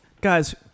Guys